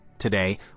Today